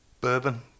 bourbon